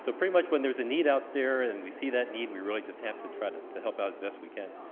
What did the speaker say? so pretty much when there's a need out there and we see that need we really just have to try to to help out as best we can.